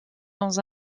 dans